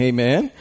Amen